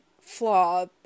flaw